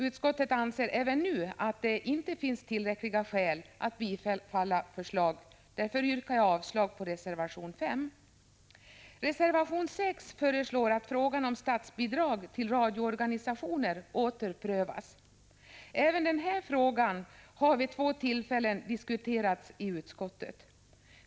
Utskottet anser även nu att det inte finns tillräckliga skäl att bifalla förslaget. Därför yrkar jag avslag på reservation 5. Reservation 6 föreslår att frågan om statsbidrag till radioorganisationer åter prövas. Även den här frågan har vid två tillfällen diskuterats i utskottet.